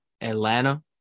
Atlanta